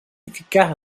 ficar